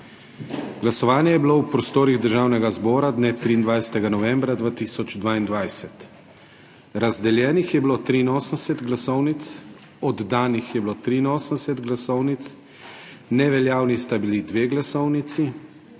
Glasovanje je bilo v prostorih Državnega zbora dne 23. novembra 2022. Razdeljenih je bilo 83 glasovnic, oddanih je bilo 83 glasovnic, neveljavni sta bili 2 glasovnici,